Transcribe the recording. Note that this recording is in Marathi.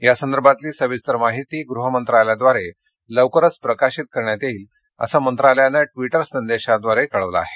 यासंदर्भातली सविस्तर माहिती गृहमंत्रालयाद्वारे लवकरच प्रकाशित करण्यात येईल असं गृह मंत्रालयानं ट्विटर संदेशाद्वारे कळवलं आहे